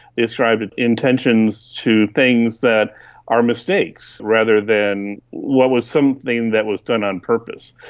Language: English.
they ascribe intentions to things that are mistakes rather than what was something that was done on purpose.